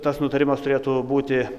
tas nutarimas turėtų būti